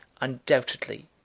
undoubtedly